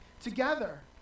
together